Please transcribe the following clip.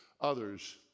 others